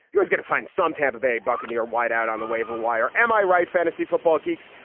he was going to find some tampa bay buccaneers wideout on the waiver wire, am i right? fantasy football geeks.